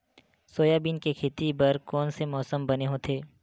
Soybean के खेती बर कोन से मौसम बने होथे?